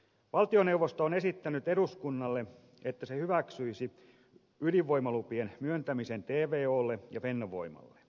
valtioneuvosto on esittänyt eduskunnalle että se hyväksyisi ydinvoimalupien myöntämisen tvolle ja fennovoimalle